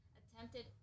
attempted